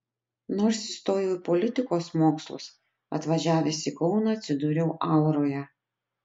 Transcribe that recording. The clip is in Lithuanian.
nors įstojau į politikos mokslus atvažiavęs į kauną atsidūriau auroje